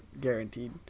Guaranteed